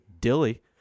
dilly